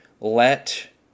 let